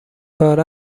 پاره